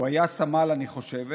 הוא היה סמל אני חושבת,